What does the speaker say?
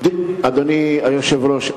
אדוני היושב-ראש,